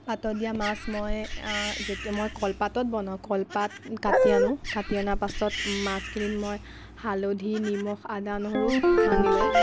পাতত দিয়া মাছ মই যেতিয়া মই কলপাতত বনাওঁ কলপাত কাটি আনো কাটি অনাৰ পিছত মাছখিনিত মই হালধি নিমখ আদা নহৰু সানি লওঁ